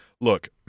Look